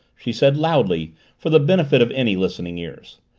she said loudly, for the benefit of any listening ears.